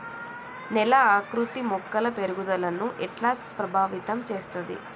నేల ఆకృతి మొక్కల పెరుగుదలను ఎట్లా ప్రభావితం చేస్తది?